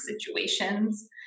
situations